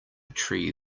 tree